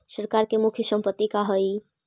सरकार के मुख्य संपत्ति का हइ?